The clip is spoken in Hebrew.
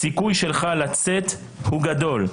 הסיכוי שלך לצאת הוא גדול.